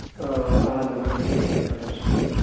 آ اَہن حظ اَہن حظ سایکل حظ چھِ کٕنان